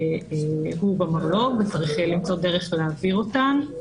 הוא במרלו"ג וצריך למצוא דרך להעביר אותן.